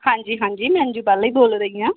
ਹਾਂਜੀ ਹਾਂਜੀ ਮੈਂ ਅੰਜੂ ਬਾਲਾ ਹੀ ਬੋਲ ਰਹੀ ਹਾਂ